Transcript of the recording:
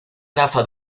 rafa